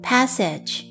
Passage